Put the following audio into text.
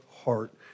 heart